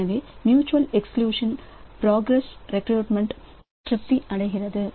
எனவே mutual exclusion progress requirement திருப்தி அடைகிறது